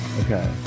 Okay